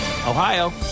Ohio